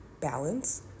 balance